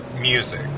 music